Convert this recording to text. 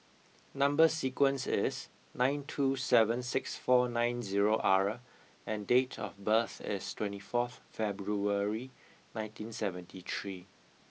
number sequence is nine two seven six four nine zero R and date of birth is twenty fourth February nineteen seventy three